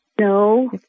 No